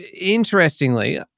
Interestingly